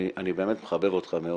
אני באמת מחבב אותך מאוד,